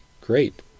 Great